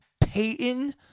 Peyton